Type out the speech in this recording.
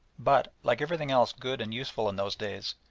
but, like everything else good and useful in those days,